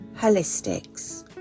Holistics